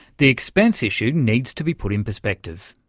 the expense issue needs to be put in perspective.